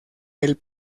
del